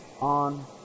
on